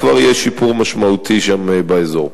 יהיה שיפור משמעותי באזור.